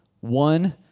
One